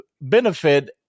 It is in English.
benefit